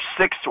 six